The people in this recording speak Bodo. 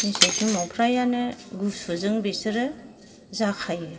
मेसें समाव फ्रायानो गुसुजों बेसोरो जाखायो